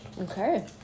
Okay